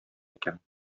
икән